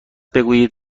بگویید